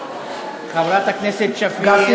חברת הכנסת שפיר,